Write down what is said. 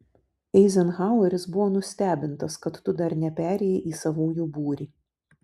eizenhaueris buvo nustebintas kad tu dar neperėjai į savųjų būrį